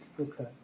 Okay